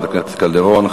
תודה, חברת הכנסת קלדרון.